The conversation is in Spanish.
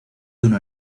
uno